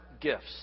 gifts